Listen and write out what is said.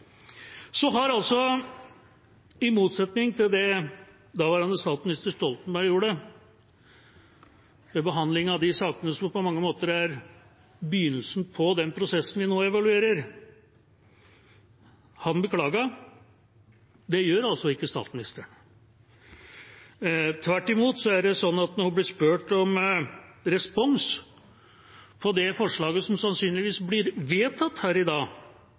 I motsetning til det daværende statsminister Stoltenberg gjorde ved behandlingen av de sakene som på mange måter er begynnelsen på den prosessen vi nå evaluerer, beklaget, gjør altså ikke statsministeren det. Tvert imot er det sånn at når hun blir spurt om respons på det forslaget som sannsynligvis blir vedtatt her i dag,